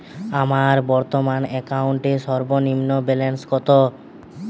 আমার বর্তমান অ্যাকাউন্টের সর্বনিম্ন ব্যালেন্স কত?